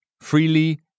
freely